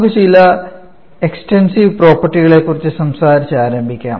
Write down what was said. നമുക്ക് ചില എക്സ്ടെൻസീവ് പ്രോപ്പർട്ടികളെകുറിച്ച് സംസാരിച്ച് ആരംഭിക്കാം